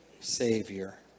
Savior